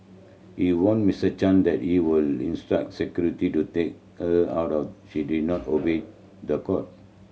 he warned Miss Chan that he would instruct security to take her out or she did not obey the court